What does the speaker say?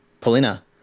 polina